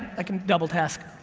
i can double task.